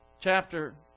chapter